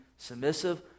submissive